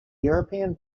european